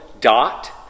dot